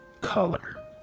color